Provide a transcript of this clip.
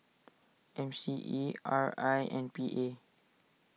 M C E R I and P A